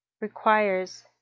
requires